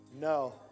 no